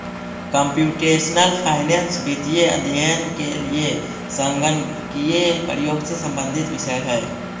computational finance वित्तीय अध्ययन के लिए संगणकीय प्रयोग से संबंधित विषय है